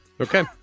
Okay